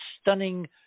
stunning